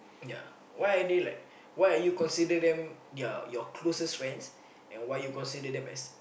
ya why are they like why are you consider them your your closest friends and why you consider them as